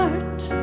Heart